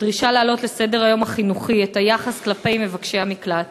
בדרישה להעלות לסדר-היום החינוכי את היחס כלפי מבקשי המקלט.